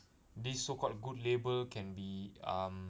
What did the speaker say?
these so called good label can be um